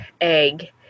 egg